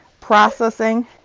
processing